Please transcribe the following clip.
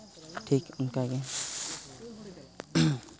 ᱴᱷᱤᱠ ᱚᱱᱠᱟᱜᱮ